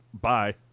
bye